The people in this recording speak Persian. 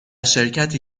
شرکتی